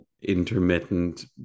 intermittent